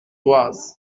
thouars